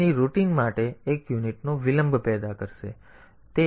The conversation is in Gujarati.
તેથી તે તે સબરૂટિન માટે વિલંબની રૂટિન માટે એક યુનિટનો વિલંબ પેદા કરશે